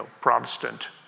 Protestant